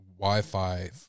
Wi-Fi